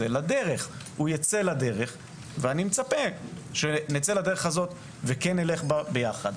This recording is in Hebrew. לדרך ואני מצפה שנצא לדרך הזאת ונלך בה יחד.